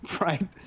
right